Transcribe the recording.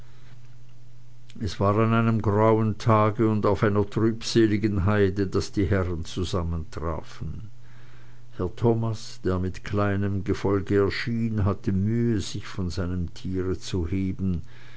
es war an einem grauen tage und auf einer trübseligen heide daß die herren zusammentrafen herr thomas der mit kleinem gefolge erschien hatte mühe sich von seinem tiere zu heben